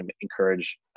encourage